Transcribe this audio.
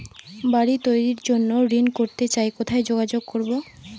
বাড়ি তৈরির জন্য ঋণ করতে চাই কোথায় যোগাযোগ করবো?